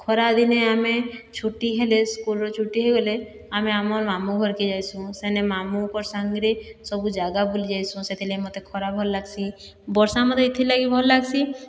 ଖରା ଦିନେ ଆମେ ଛୁଟି ହେଲେ ସ୍କୁଲର ଛୁଟି ହୋଇଗଲେ ଆମେ ଆମର୍ ମାମୁଁ ଘର୍କେ ଯାଇସୁଁ ସେନେ ମାମୁଁଙ୍କର୍ ସାଙ୍ଗରେ ସବୁ ଜାଗା ବୁଲିଯାଇସୁଁ ସେଥିଲାଗି ମୋତେ ଖରା ଭଲ ଲାଗ୍ସି ବର୍ଷା ମୋତେ ଏଥିଲାଗି ଭଲ୍ ଲାଗ୍ସି